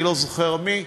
אני לא זוכר מי,